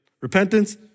Repentance